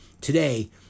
today